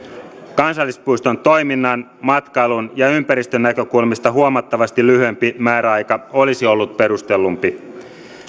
kansallispuiston toiminnan matkailun ja ympäristön näkökulmista huomattavasti lyhyempi määräaika olisi ollut perustellumpi